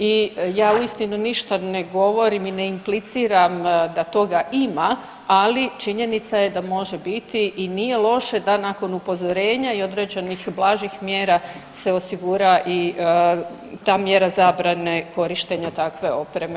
I ja uistinu ništa ne govorim i ne impliciram da toga ima, ali činjenica je da može biti i nije loše da nakon upozorenja i određenih blažih mjera se osigura i ta mjera zabrane korištenja takve opreme.